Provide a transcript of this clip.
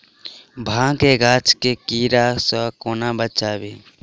भांग केँ गाछ केँ कीड़ा सऽ कोना बचाबी?